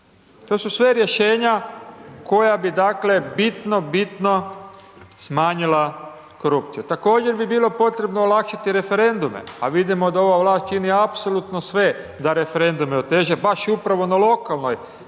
To su sve rješenja koja bi, dakle, bitno, bitno, smanjila korupciju. Također bi bilo potrebno olakšati referendume, a vidimo da ova vlast čini apsolutno sve da referendume oteža, baš i upravo na lokalnoj